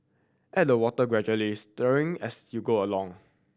add the water gradually stirring as you go along